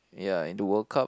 ya in the World Cup